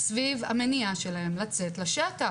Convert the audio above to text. סביב המניעה שלהם לצאת לשטח.